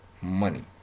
money